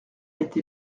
été